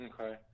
Okay